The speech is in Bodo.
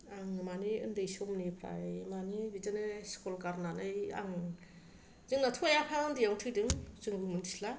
आं माने उन्दै समनिफ्राय माने बिदिनो स्कुल गारनानै आं जोंनाथ' आइ आफाया उन्दैयावनो थैदों जों मोन्थिला